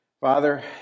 Father